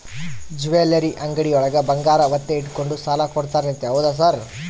Jewellery ಅಂಗಡಿಯೊಳಗ ಬಂಗಾರ ಒತ್ತೆ ಇಟ್ಕೊಂಡು ಸಾಲ ಕೊಡ್ತಾರಂತೆ ಹೌದಾ ಸರ್?